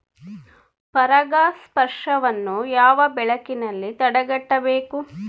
ಪರಾಗಸ್ಪರ್ಶವನ್ನು ಯಾವ ಬೆಳೆಗಳಲ್ಲಿ ತಡೆಗಟ್ಟಬೇಕು?